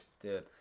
Dude